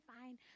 fine